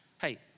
Hey